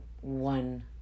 one